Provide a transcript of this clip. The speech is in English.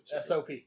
SOP